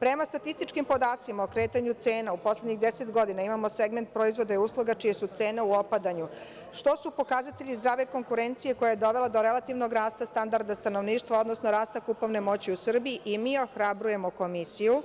Prema statističkim podacima o kretanju cena u poslednjih 10 godina imamo segment proizvoda i usluga čije su cene u opadanju, što su pokazatelji zdrave konkurencije koja je dovela do relativnog rasta standarda stanovništva, odnosno rasta kupovne moći u Srbiji i mi ohrabrujemo Komisiju